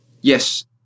Yes